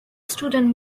student